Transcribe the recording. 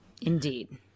indeed